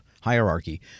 hierarchy